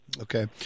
Okay